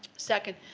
second,